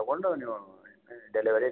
ತೊಗೊಂಡು ನೀವು ಡೆಲಿವರಿ